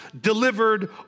delivered